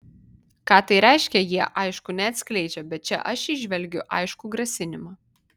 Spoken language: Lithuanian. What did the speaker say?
ką tai reiškia jie aišku neatskleidžia bet čia aš įžvelgiu aiškų grasinimą